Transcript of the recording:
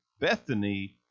Bethany